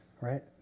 right